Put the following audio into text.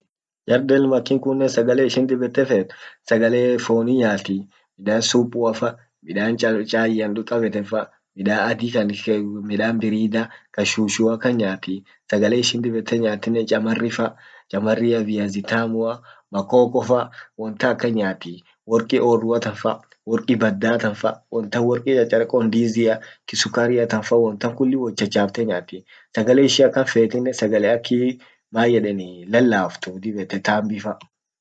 Jar Den markin kunnen sagale ishin dib ete fet, sagale foni nyaati, ,midan supuafa,